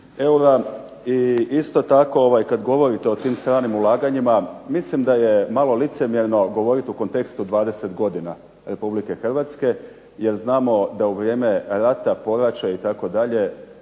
eura. I isto tako kada govorite o stranim ulaganjima, mislim da je malo licemjerno govoriti u kontekstu 20 godina RH, jer znamo da u vrijeme rata, poraća itd. da je